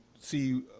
see